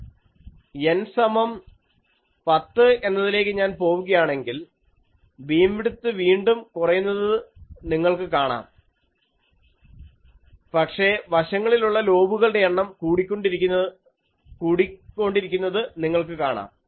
N സമം 10 എന്നതിലേക്ക് ഞാൻ പോവുകയാണെങ്കിൽ ബീംവിഡ്ത്ത് വീണ്ടും കുറയുന്നത് നിങ്ങൾക്ക് കാണാം പക്ഷേ വശങ്ങളിലുള്ള ലോബുകളുടെ എണ്ണം കൂടിക്കൊണ്ടിരിക്കുന്നത് നിങ്ങൾക്ക് കാണാം